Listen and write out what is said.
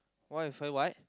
what If I what